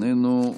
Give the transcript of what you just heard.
איננו,